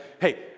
Hey